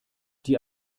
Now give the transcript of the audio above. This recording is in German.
die